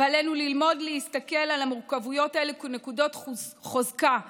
ועלינו ללמוד להסתכל על המורכבויות האלה כנקודות חוזקה,